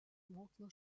mokslo